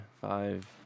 Five